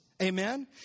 Amen